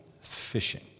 fishing